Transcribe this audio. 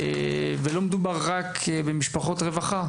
לא מדובר רק במשפחות רווחה.